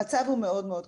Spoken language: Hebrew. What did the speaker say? המצב הוא מאוד מאוד קשה.